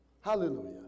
Hallelujah